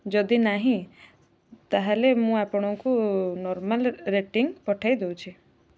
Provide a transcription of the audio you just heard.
ଯଦି ନାହିଁ ତାହେଲେ ମୁଁ ଆପଣଙ୍କୁ ନର୍ମାଲ୍ ରେଟିଙ୍ଗ୍ ପଠାଇଦେଉଛି